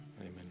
amen